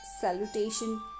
Salutation